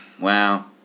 Wow